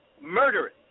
murderous